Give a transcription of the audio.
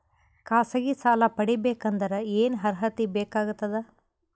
ಖಾಸಗಿ ಸಾಲ ಪಡಿಬೇಕಂದರ ಏನ್ ಅರ್ಹತಿ ಬೇಕಾಗತದ?